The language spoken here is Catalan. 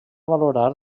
valorar